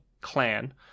clan